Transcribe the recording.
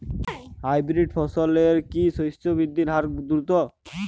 Hybrid ফসলের কি শস্য বৃদ্ধির হার দ্রুত?